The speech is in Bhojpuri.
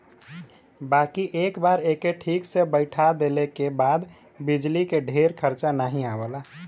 बाकी एक बार एके ठीक से बैइठा देले के बाद बिजली के ढेर खरचा नाही आवला